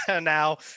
now